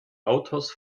autos